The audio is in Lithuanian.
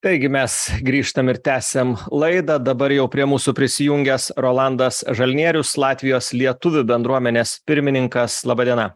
taigi mes grįžtam ir tęsiam laidą dabar jau prie mūsų prisijungęs rolandas žalnierius latvijos lietuvių bendruomenės pirmininkas laba diena